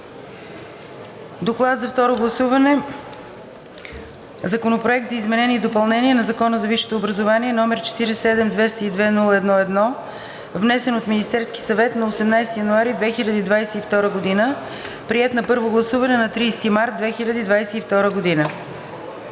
„Доклад за второ гласуване на Законопроект за изменение и допълнение на Закона за висшето образование, № 47-202-01-1, внесен от Министерския съвет на 18 януари 2022 г., приет на първо гласуване на 30 март 2022 г.